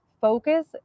focus